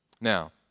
Now